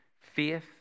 faith